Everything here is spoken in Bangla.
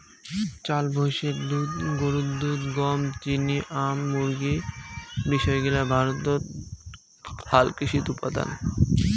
চাউল, ভৈষের দুধ, গরুর দুধ, গম, চিনি, আম, মুরগী বিষয় গিলা ভারতত হালকৃষিত উপাদান